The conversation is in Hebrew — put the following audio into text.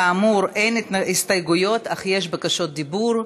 כאמור, אין הסתייגויות אך יש בקשות דיבור.